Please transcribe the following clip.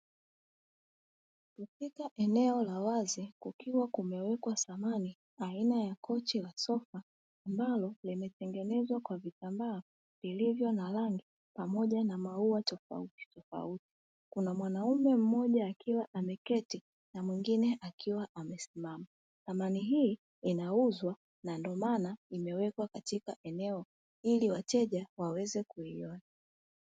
Katika eneo la wazi kukiwa kumewekwa samani aina ya kochi la sofa; ambalo limetengenezwa kwa vitambaa vilivyo na rangi pamoja na maua tofautitofauti. Kuna mwanaume mmoja akiwa ameketi na mwingine akiwa amesimama. Samani hii inauzwa na ndo maana imewekwa katika eneo ili wateja waweze kuiona.